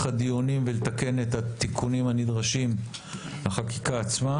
הדיונים ולתקן את התיקונים הנדרשים לחקיקה עצמה.